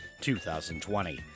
2020